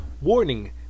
Warning